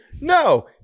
No